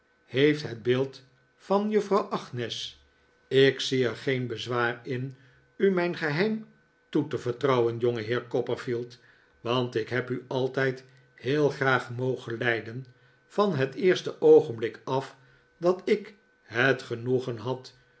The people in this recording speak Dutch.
heeft het beeld van juffrouw agnes ik zie er geen bezwaar in u mijn geheim toe te vertrouwen jongeheer copperfield want ik heb u altijd heel graag mogen lijden van het eerste oogenblikaf dat ik het genoegen had